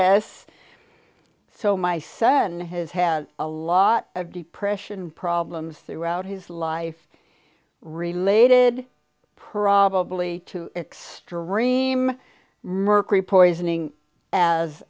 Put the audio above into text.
us so my son has had a lot of depression and problems throughout his life related probably to extra rename mercury poisoning as